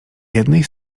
jednej